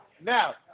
Now